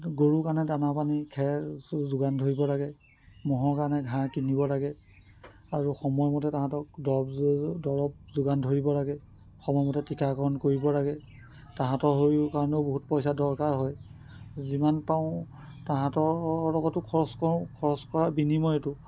গৰু কাৰণে দানা পানী খেৰ যোগান ধৰিব লাগে ম'হৰ কাৰণে ঘাঁহ কিনিব লাগে আৰু সময়মতে তাহাঁতক দৰব দৰব যোগান ধৰিব লাগে সময়মতে টীকাকৰণ কৰিব লাগে তাহাঁতৰ হৈয়ো কাৰণে বহুত পইচা দৰকাৰ হয় যিমান পাৰোঁ তাহাঁতৰ লগতো খৰচ কৰোঁ খৰচ কৰাৰ বিনিময়তো